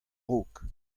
raok